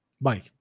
Bye